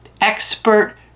expert